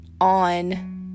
on